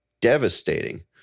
devastating